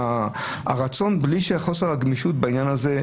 הרצון בלי חוסר הגמישות בעניין הזה,